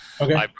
Okay